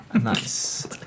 Nice